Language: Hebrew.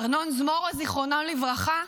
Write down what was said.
ארנון זמורה, זיכרונו לברכה,